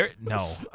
No